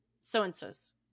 so-and-so's